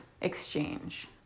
exchange